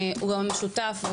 הוא גם שותף,